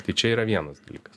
tai čia yra vienas dalykas